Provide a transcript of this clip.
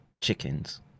chickens